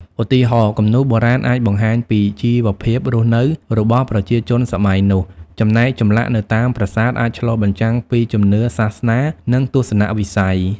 ឧទាហរណ៍ គំនូរបុរាណអាចបង្ហាញពីជីវភាពរស់នៅរបស់ប្រជាជនសម័យនោះ ចំណែកចម្លាក់នៅតាមប្រាសាទអាចឆ្លុះបញ្ចាំងពីជំនឿសាសនា និងទស្សនវិជ្ជា។